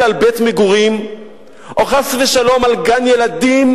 על בית מגורים או חס ושלום על גן-ילדים,